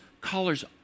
colors